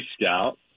Scout